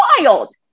wild